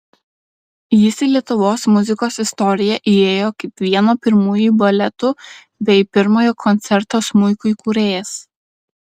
jis į lietuvos muzikos istoriją įėjo kaip vieno pirmųjų baletų bei pirmojo koncerto smuikui kūrėjas